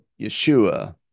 Yeshua